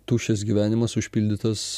tuščias gyvenimas užpildytas